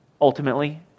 Ultimately